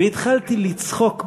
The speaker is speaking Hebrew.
התחלתי לצחוק בשיעור,